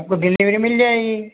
आपको डिलीवरी मिल जाएगी